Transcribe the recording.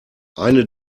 eine